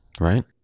Right